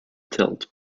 tilt